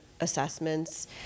Assessments